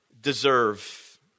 deserve